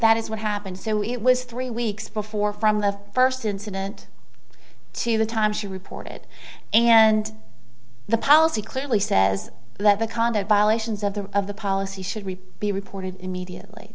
that is what happened so it was three weeks before from the first incident to the time she reported it and the policy clearly says that the kind of violations of the of the policy should we be reported immediately